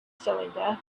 cylinder